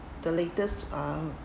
the latest uh